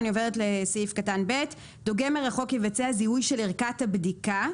אני עוברת לסעיף קטן (ב): (ב)דוגם מרחוק יבצע זיהוי של ערכת הבדיקה,